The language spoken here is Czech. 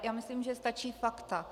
Já myslím, že stačí fakta.